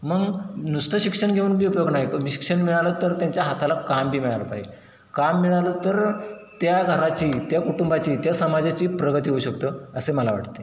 मग नुसतं शिक्षण घेऊन बी उपयोग नाही शिक्षण मिळालं तर त्यांच्या हाताला काम बी मिळालं पाहिजे काम मिळालं तर त्या घराची त्या कुटुंबाची त्या समाजाची प्रगती होऊ शकतं असे मला वाटते